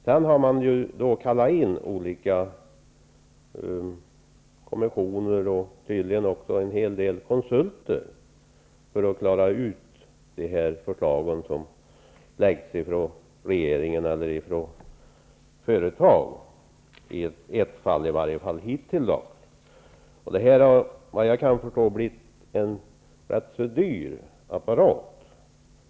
Sedan har man kallat in olika kommissioner och tydligen också en hel del konsulter för att klara ut de förslag som läggs fram av regeringen eller företag -- det har hittills skett i åtminstone ett fall. Efter vad jag kan förstå har detta blivit en ganska dyr apparat.